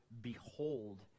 behold